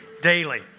daily